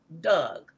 Doug